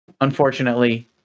unfortunately